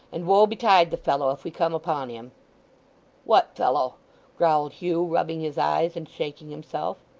and woe betide the fellow if we come upon him what fellow growled hugh, rubbing his eyes and shaking himself.